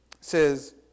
says